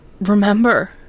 remember